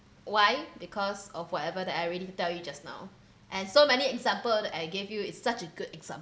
why because of whatever that I already tell you just now and so many examples that I gave you is such a good example